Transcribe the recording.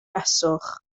beswch